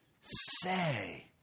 say